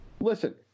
Listen